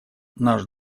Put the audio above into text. наш